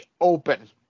Open